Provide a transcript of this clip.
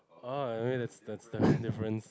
orh maybe that's that's the difference